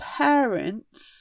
parents